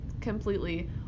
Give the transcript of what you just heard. completely